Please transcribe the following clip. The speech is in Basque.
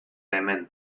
hemen